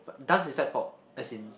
but dance inside for as in